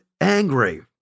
angry